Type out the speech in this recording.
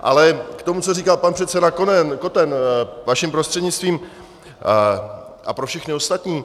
Ale k tomu, co říkal pan předseda Koten, vaším prostřednictvím, a pro všechny ostatní.